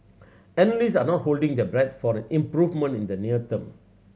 analyst are not holding their breath for an improvement in the near term